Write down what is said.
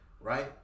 right